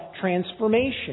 transformation